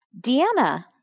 Deanna